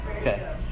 okay